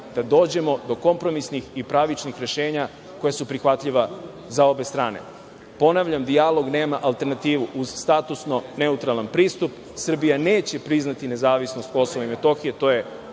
da dođemo do kompromisnih i pravičnih rešenja koja su prihvatljiva za obe strane. Ponavljam, dijalog nema alternativu. Uz statusno neutralan pristup, Srbija neće priznati nezavisnost Kosova i Metohije, to je